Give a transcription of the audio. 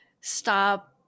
stop